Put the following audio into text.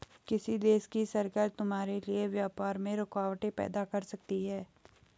किसी देश की सरकार तुम्हारे लिए व्यापार में रुकावटें पैदा कर सकती हैं